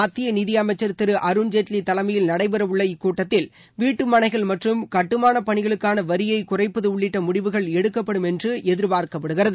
மத்திய நிதி அமைச்சர் திரு அருண் ஜெட்லி தகலமையில் நடைபெற உள்ள இக்கூட்டத்தில் வீட்டுமனைகள் மற்றம் கட்டுமான பணிகளுக்கான வரியை குறைப்பது உள்ளிட்ட முடிவுகள் எடுக்கப்படும் என்று எதிர்பார்க்கப்படுகிறது